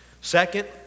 second